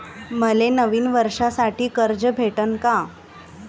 मले नवीन वर्षासाठी कर्ज भेटन का?